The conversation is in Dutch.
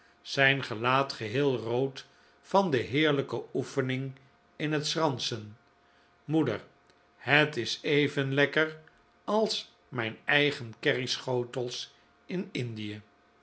zijn gelaat geheel rood van de heerlijke oefening in het schransen moeder het is even lekker als mijn eigen kerryschotels in indie